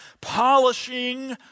polishing